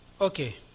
okay